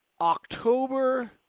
October